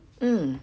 mm